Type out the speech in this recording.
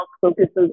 focuses